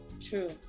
true